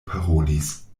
parolis